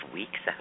weeks